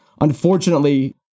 unfortunately